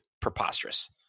preposterous